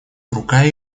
рука